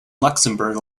luxembourg